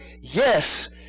Yes